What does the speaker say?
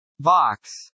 Vox